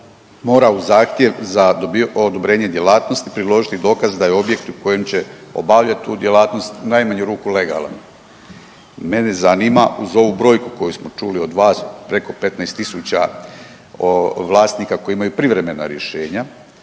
mora uz zahtjev za odobrenje djelatnosti priložiti dokaz da je objekt u kojem će obavljati tu djelatnost u najmanju ruku legalan. Mene zanima uz ovu brojku koju smo čuli od vas od preko 15.000 vlasnika koji imaju privremena rješenja,